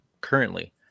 currently